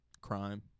crime